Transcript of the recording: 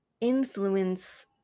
influence